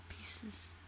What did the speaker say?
pieces